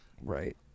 Right